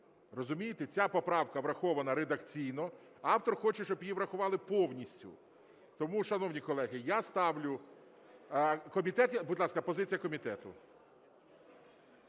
розумуєте. Ця поправка врахована редакційно, автор хоче, щоб її врахували повністю. Тому, шановні колеги, я ставлю… Будь ласка, позиція комітету.